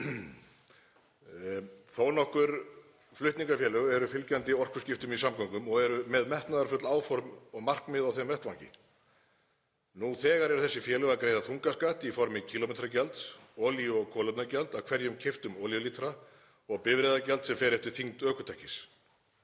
Þó nokkur flutningafélög eru fylgjandi orkuskiptum í samgöngum og eru með metnaðarfull áform og markmið á þeim vettvangi. Nú þegar eru þessi félög að greiða þungaskatt í formi kílómetragjalds, olíu- og kolefnagjalds á hvern keyptan olíulítra og bifreiðagjalds sem fer eftir þyngd ökutækis.